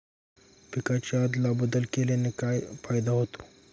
पिकांची अदला बदल केल्याने काय फायदा होतो?